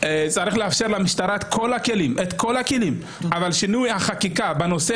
צריך לאפשר למשטרה את כל הכלים אבל שינוי החקיקה בנושא